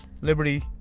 Liberty